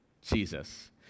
Jesus